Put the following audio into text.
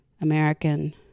American